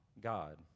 God